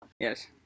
Yes